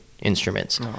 instruments